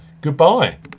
goodbye